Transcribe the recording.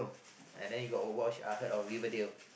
and then you got watch uh heard of Riverdale